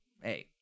hey